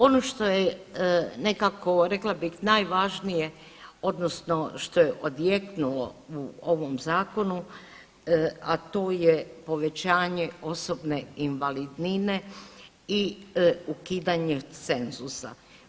Ono što je nekako rekla bih najvažnije odnosno što je odjeknulo u ovom zakonu, a to je povećanje osobne invalidnine i ukidanje cenzusa.